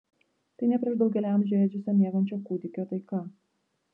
tai ne prieš daugelį amžių ėdžiose miegančio kūdikio taika